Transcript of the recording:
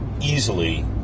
easily